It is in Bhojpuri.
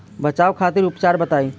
बचाव खातिर उपचार बताई?